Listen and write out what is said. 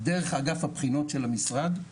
דרך אגף הבחינות של המשרד.